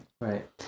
Right